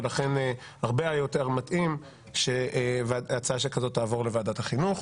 ולכן היה הרבה יותר מתאים שהצעה שכזאת תעבור לוועדת החינוך.